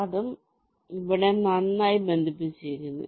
ഇതും ഇവിടെ നന്നായി ബന്ധിപ്പിച്ചിരിക്കുന്നു